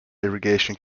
irrigation